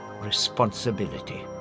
responsibility